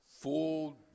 full